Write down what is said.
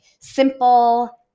simple